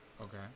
Okay